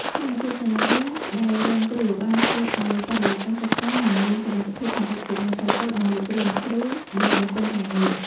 ស្ថានភាពសាលារៀនដែលរងគ្រោះ បានធ្វើឱ្យបរិយាកាសសិក្សាមិនមានសុវត្ថិភាពសម្រាប់កុមារតូចៗ និង លោកគ្រូអ្នកគ្រូដែលបំពេញការងារ។